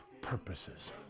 purposes